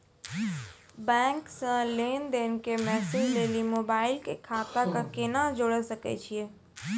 Bank से लेंन देंन के मैसेज लेली मोबाइल के खाता के केना जोड़े सकय छियै?